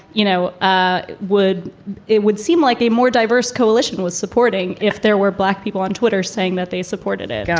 you know, ah would it would seem like a more diverse coalition with supporting if there were black people on twitter saying that they supported it. yeah